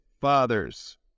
fathers